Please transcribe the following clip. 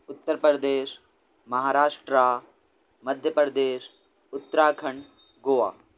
Uttar Pradesh Maharashtra Madhya Pradesh Uttarakhand Goa